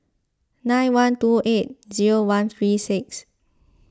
nine one two eight zero one three six